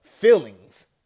feelings